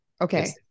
Okay